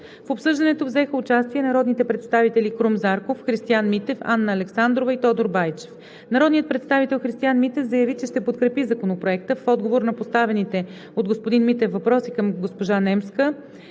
В обсъждането взеха участие народните представители Крум Зарков, Христиан Митев, Анна Александрова и Тодор Байчев. Народният представител Христиан Митев заяви, че ще подкрепи Законопроекта. В отговор на поставените от господин Митев въпроси госпожа Немска